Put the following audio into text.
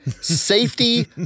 safety